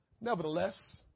Nevertheless